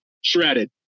shredded